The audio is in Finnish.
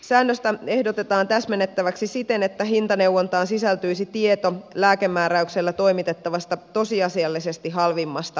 säännöstä ehdotetaan täsmennettäväksi siten että hintaneuvontaan sisältyisi tieto lääkemääräyksellä toimitettavasta tosiasiallisesti halvimmasta lääkevalmisteesta